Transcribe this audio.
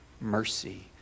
mercy